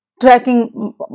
tracking